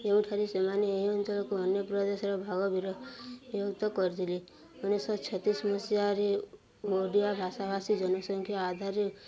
ଯେଉଁଠାରେ ସେମାନେ ଏହି ଅଞ୍ଚଳକୁ ଅନ୍ୟ ପ୍ରଦେଶର ଭାଗ ବିର ବିଭକ୍ତ କରିଥିଲେ ଉଣେଇଶହ ଛତିଶ ମସିହାରେ ଓଡ଼ିଆ ଭାଷାଭାଷୀ ଜନସଂଖ୍ୟା ଆଧାରରେ